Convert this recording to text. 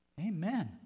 Amen